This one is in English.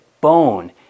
bone